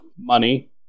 Money